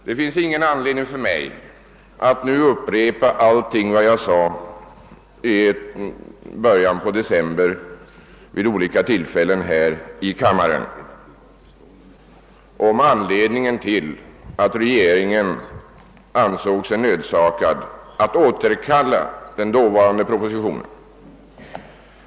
Det finns ingen anledning för mig att nu upprepa allt vad jag sade i början av december vid olika tillfällen här i kammaren om anledningen till att regeringen ansåg sig nödsakad att återkalla den då framlagda propositionen.